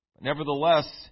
Nevertheless